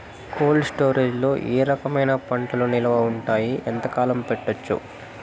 Cold storage లో ఏ రకమైన పంటలు నిలువ ఉంటాయి, ఎంతకాలం పెట్టొచ్చు?